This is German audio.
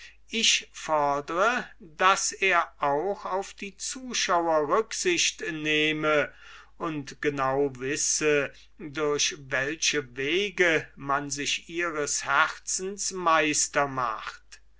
ich fodre daß er auch auf die zuschauer rücksicht nehme und genau wisse durch welche wege man sich ihres herzens meister macht